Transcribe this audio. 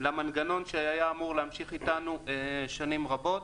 למנגנון שהיה אמור להמשיך איתנו שנים רבות.